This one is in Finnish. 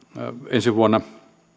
ensi vuonna